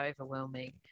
overwhelming